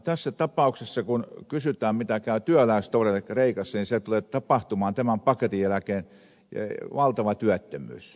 tässä tapauksessa kun kysytään miten käy työläisille kreikassa niin siellä tulee tapahtumaan tämän paketin jälkeen valtava työttömyys